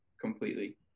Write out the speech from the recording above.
completely